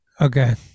okay